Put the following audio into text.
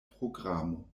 programo